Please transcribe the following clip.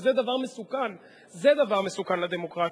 וזה דבר מסוכן זה דבר מסוכן לדמוקרטיה.